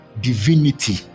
divinity